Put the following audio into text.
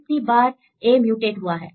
कितनी बार A mutate हुआ है